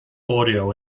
audio